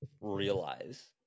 realize